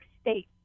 states